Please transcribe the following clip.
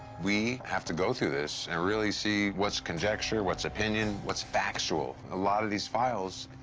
we have to go through this and really see what's conjecture, what's opinion, what's factual. a lot of these files,